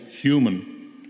human